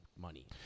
money